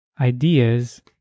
ideas